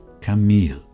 Camille